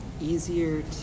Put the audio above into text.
easier